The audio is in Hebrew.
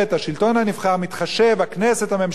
הממשלה מתחשבים במה יאמרו הבריות.